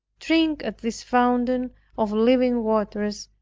drink at this fountain of living waters,